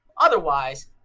Otherwise